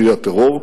שהיא הטרור.